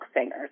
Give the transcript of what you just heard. singers